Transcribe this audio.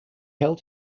held